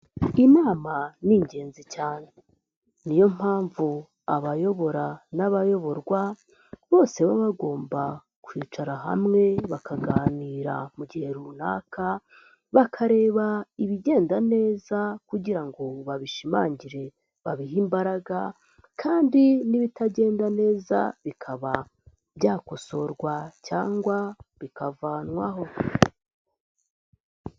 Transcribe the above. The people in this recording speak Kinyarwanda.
Inama ni ingenzi cyane niyo mpamvu abayobora n'abayoborwa bose baba bagomba kwicara hamwe bakaganira mu gihe runaka, bakareba ibigenda neza kugira ngo babishimangire babihe imbaraga kandi n'ibitagenda neza bikaba byakosorwa cyangwa bikavanwaho.